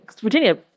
Virginia